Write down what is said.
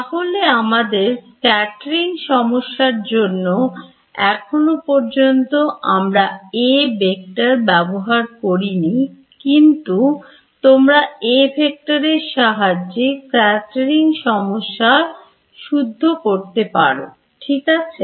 তাহলে আমাদের Scattering সমস্যার জন্য এখনো পর্যন্ত আমরা A vector ব্যবহার করিনি কিন্তু তোমরা A vector এর সাহায্যে Scattering সমস্যা সূত্রবদ্ধ করতে পারো ঠিক আছে